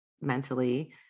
mentally